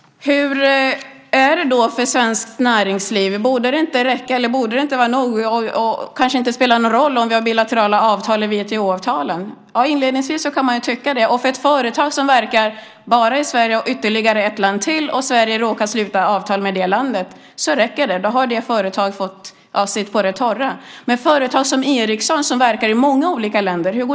Hur är det då för svenskt näringsliv? Borde det inte vara nog, eller kanske inte spela någon roll, om vi har bilaterala avtal i WTO-avtalen? Ja, inledningsvis kan man ju tycka det. För ett företag som verkar bara i Sverige och i ytterligare ett land räcker det om Sverige råkar sluta avtal med det landet. Då har det företaget sitt på det torra. Hur går det för företag som Ericsson, som verkar i många olika länder?